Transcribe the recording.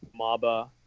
Maba